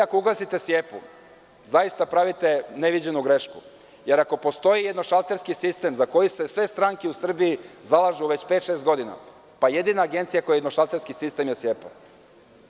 Ako ugasite SIEP-u, zaista pravite neviđenu grešku, jer ako postoji jednošalterski sistem za koji se sve stranke u Srbiji zalažu već pet-šest godina, pa jedina agencija koja ima šalterski sistem je SIEP-a.